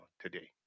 today